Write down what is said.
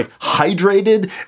hydrated